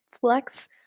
flex